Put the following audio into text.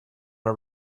our